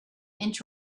inch